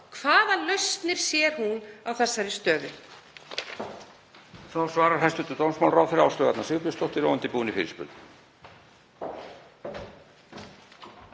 Hvaða lausnir sér hún á þessari stöðu?